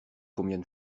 combien